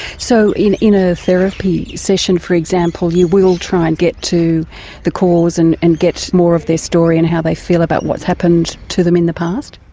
so in in a therapy session, for example, you will try and get to the cause and and get more of their story and how they feel about what's happened to them in the past?